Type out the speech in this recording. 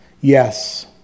Yes